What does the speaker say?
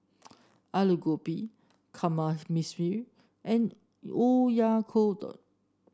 Alu Gobi Kamameshi and Oyakodon